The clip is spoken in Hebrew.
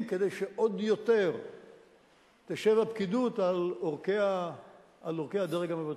כדי שעוד יותר תשב הפקידות על עורקי הדרג המבצע.